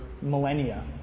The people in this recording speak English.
millennia